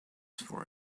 for